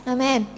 Amen